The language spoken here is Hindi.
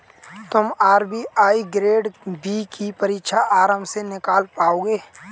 तुम आर.बी.आई ग्रेड बी की परीक्षा आराम से निकाल पाओगे